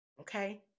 okay